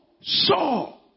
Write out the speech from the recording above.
saw